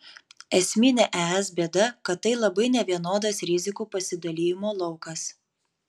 esminė es bėda kad tai labai nevienodas rizikų pasidalijimo laukas